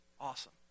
awesome